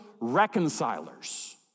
reconcilers